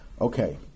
Okay